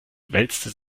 wälzte